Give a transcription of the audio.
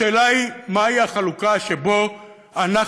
השאלה היא מהי החלוקה שאנחנו,